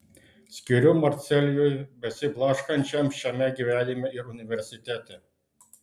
skiriu marcelijui besiblaškančiam šiame gyvenime ir universitete